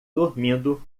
dormindo